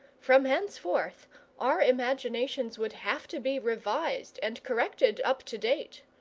from henceforth our imaginations would have to be revised and corrected up to date.